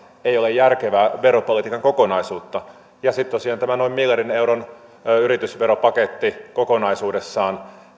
ei ole järkevää veropolitiikan kokonaisuutta sitten tosiaan tämä noin miljardin euron yritysveropaketti kokonaisuudessaan